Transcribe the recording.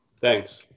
Thanks